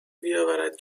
بیاورد